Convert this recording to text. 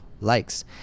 likes